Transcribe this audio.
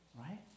Right